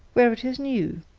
where it is new.